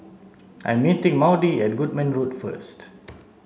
I'm meeting Maudie at Goodman Road first